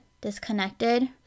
disconnected